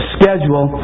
schedule